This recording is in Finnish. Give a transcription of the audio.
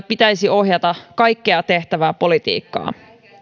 pitäisi ohjata kaikkea tehtävää politiikkaa